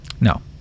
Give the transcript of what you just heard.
no